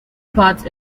path